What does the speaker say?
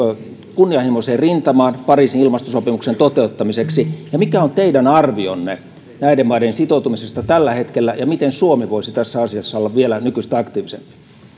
kunnianhimoiseen rintamaan pariisin ilmastosopimuksen toteuttamiseksi ja mikä on teidän arvionne näiden maiden sitoutumisesta tällä hetkellä ja miten suomi voisi tässä asiassa olla vielä nykyistä aktiivisempi